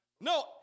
No